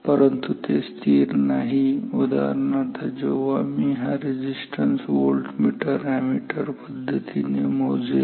परंतु ते स्थिर नाही उदाहरणार्थ जेव्हा मी हा रेझिस्टन्स व्होल्टमीटर अॅमीटर पद्धतीने मोजेल